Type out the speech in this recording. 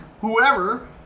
whoever